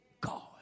God